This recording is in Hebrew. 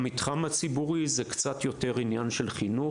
במתחם הציבורי, זהו קצת יותר עניין של חינוך.